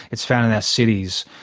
it's found in our cities.